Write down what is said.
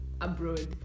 abroad